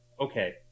okay